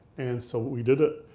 and so we did it,